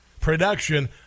production